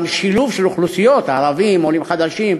גם שילוב של אוכלוסיות, ערבים, עולים חדשים,